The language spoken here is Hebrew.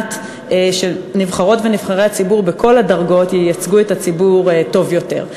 כדי שנבחרות ונבחרי הציבור בכל הדרגות ייצגו את הציבור טוב יותר.